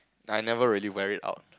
I never really wear it out